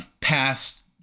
past